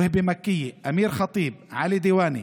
ווהבי מכייה, אמיר אל-ח'טיב, עלי אל-דיוואני,